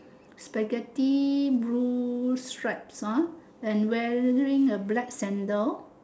Spaghetti blue stripes ah and wearing a black sandal